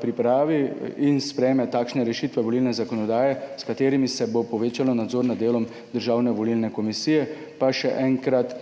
pripravi in sprejme takšne rešitve volilne zakonodaje, s katerimi se bo povečalo nadzor nad delom Državne volilne komisije. Pa še enkrat,